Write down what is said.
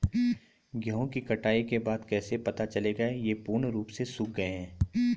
गेहूँ की कटाई के बाद कैसे पता चलेगा ये पूर्ण रूप से सूख गए हैं?